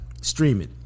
streaming